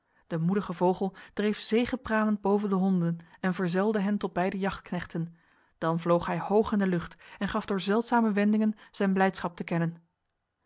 de moedige vogel dreef zegepralend boven de honden en verzelde hen tot bij de jachtknechten dan vloog hij hoog in de lucht en gaf door zeldzame wendingen zijn blijdschap te kennen